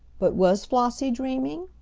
but was flossie dreaming?